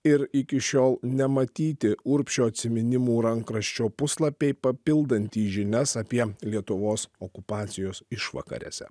ir iki šiol nematyti urbšio atsiminimų rankraščio puslapiai papildantys žinias apie lietuvos okupacijos išvakarėse